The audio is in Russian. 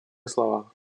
слова